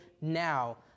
now